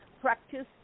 Practice